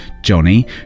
Johnny